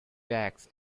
tax